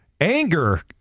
Anger